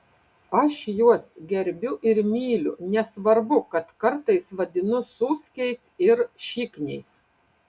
aš juos gerbiu ir myliu nesvarbu kad kartais vadinu suskiais ir šikniais